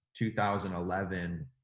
2011